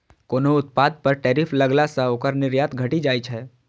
कोनो उत्पाद पर टैरिफ लगला सं ओकर निर्यात घटि जाइ छै